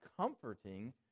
comforting